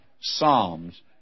Psalms